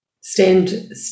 stand